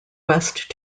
west